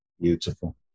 Beautiful